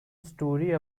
story